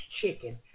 chicken